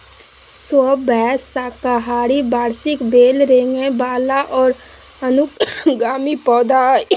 squash साकाहारी वार्षिक बेल रेंगय वला और अनुगामी पौधा हइ